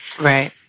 Right